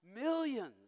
millions